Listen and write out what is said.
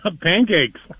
Pancakes